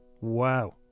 Wow